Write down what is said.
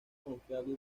confiable